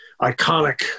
iconic –